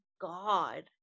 God